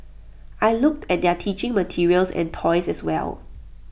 I looked at their teaching materials and toys as well